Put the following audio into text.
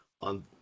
on